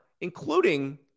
including